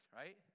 right